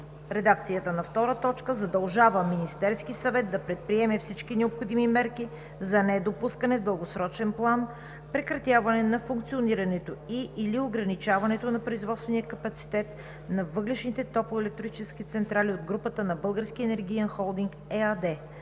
редакцията по т. 2: „Задължава Министерския съвет да предприеме всички необходими мерки за недопускане в дългосрочен план прекратяване на функционирането и/или ограничаването на производствения капацитет на въглищните топлоелектрически централи от групата на „Български енергиен холдинг“ ЕАД.